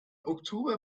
oktober